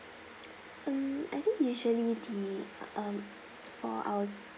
mm I think usually the uh for our